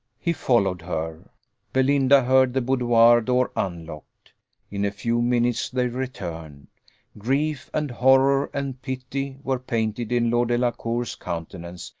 he followed her belinda heard the boudoir door unlocked in a few minutes they returned grief, and horror, and pity, were painted in lord delacour's countenance,